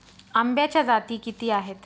आंब्याच्या जाती किती आहेत?